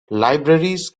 libraries